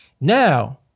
Now